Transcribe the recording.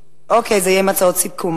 אוקיי, זה יהיה עם הצעות סיכום.